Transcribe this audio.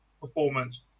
performance